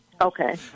Okay